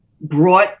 brought